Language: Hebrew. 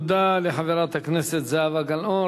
תודה לחברת הכנסת זהבה גלאון.